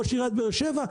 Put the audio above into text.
ראש עירית באר שבע,